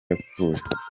yapfuye